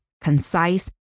concise